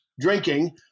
drinking